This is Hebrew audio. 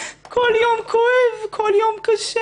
כל יום כואב, כל יום קשה.